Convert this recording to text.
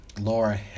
Laura